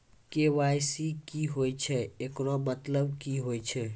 KYC की होय छै, एकरो मतलब की होय छै?